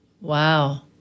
Wow